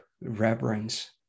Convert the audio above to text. reverence